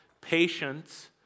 patience